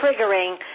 triggering